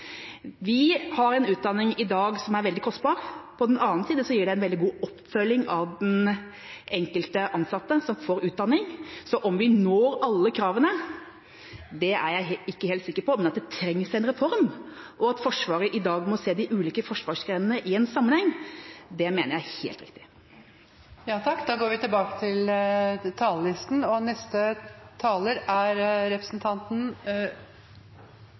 Vi har en utdanning i dag som er veldig kostbar. På den annen side gir det en veldig god oppfølging av den enkelte ansatte som får utdanning. Om vi når alle kravene, er jeg ikke helt sikker på, men at det trengs en reform, og at Forsvaret i dag må se de ulike forsvarsgrenene i en sammenheng, mener jeg er helt riktig. Fleirtalet si løysing om nye overvakingsfly låg ikkje inne i forsvarssjefen si tilråding. Det er